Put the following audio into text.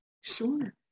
Sure